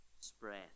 spread